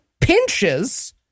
pinches